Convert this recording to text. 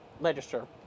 legislature